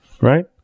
right